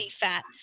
fat